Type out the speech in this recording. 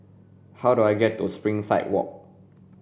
how do I get to Springside Walk